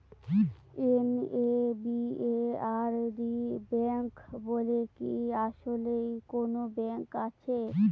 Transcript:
NABARD bank বলে কি আসলেই কোনো ব্যাংক আছে?